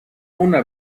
una